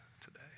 today